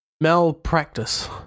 Malpractice